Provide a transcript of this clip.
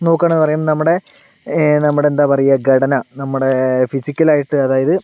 നോക്കുകയാണെന്നു പറയുമ്പോൾ നമ്മുടെ നമ്മുടെ എന്താ പറയുക ഘടന നമ്മുടെ ഫിസിക്കലായിട്ട് അതായത്